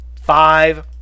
Five